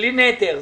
כנראה